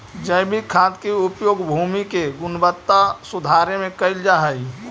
जैविक खाद के उपयोग भूमि के गुणवत्ता सुधारे में कैल जा हई